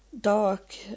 dark